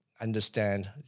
understand